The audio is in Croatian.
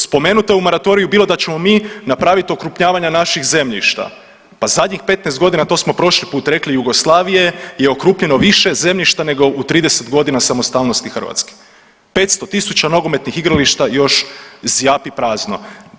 Spomenuto je u moratoriju bilo da ćemo mi napravit okrupnjavanja naših zemljišta, pa zadnjih 15.g. to smo prošli put rekli Jugoslavije je okrupnjeno više zemljišta nego u 30.g. samostalnosti Hrvatske, 500 tisuća nogometnih igrališta još zjapi prazno.